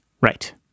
Right